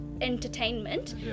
entertainment